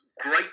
great